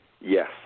Yes